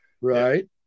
Right